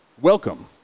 Welcome